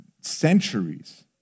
centuries